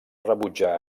rebutjar